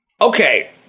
okay